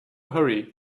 hurry